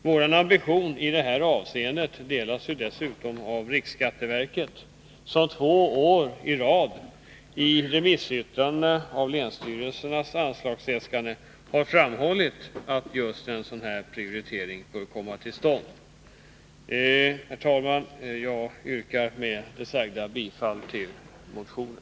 Vår ambition i detta avseende delas dessutom av riksskatteverket, som två år i rad i remissyttranden om länsstyrelsernas anslagsäskanden har framhållit att just en sådan här prioritering bör komma till stånd. Herr talman! Jag yrkar med detta bifall till motionen.